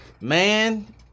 Man